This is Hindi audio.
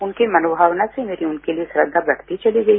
उनके मनोमावना से मेरी उनके लिए श्रद्धाबढ़ती चली गई